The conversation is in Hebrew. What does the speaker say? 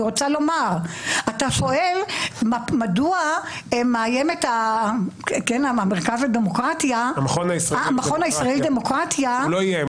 אתה שואל מדוע מאיים המכון הישראלי לדמוקרטיה --- הוא לא איים.